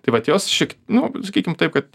tai vat jos šiek nu sakykim taip kad